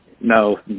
No